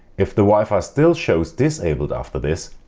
if the wifi still shows disabled after this,